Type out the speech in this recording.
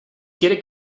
quiere